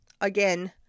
again